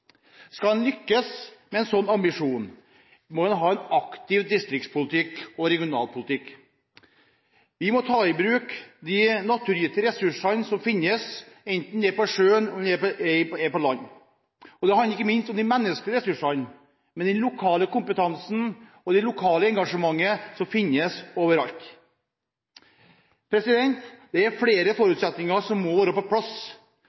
Skal en lykkes med en sånn ambisjon, må en ha en aktiv distriktspolitikk og regionalpolitikk. Vi må ta i bruk de naturgitte ressursene som finnes, enten det er på sjøen eller på land. Det handler ikke minst om de menneskelige ressursene, med den lokale kompetansen og det lokale engasjementet som finnes overalt. Det er flere forutsetninger som må være på plass.